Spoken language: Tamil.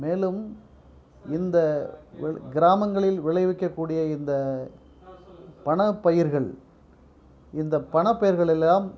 மேலும் இந்த வ கிராமங்களில் விளைவிக்க கூடிய இந்த பணப்பயிர்கள் இந்த பணப்பயிர்கள் எல்லாம்